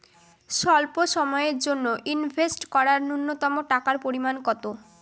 স্বল্প সময়ের জন্য ইনভেস্ট করার নূন্যতম টাকার পরিমাণ কত?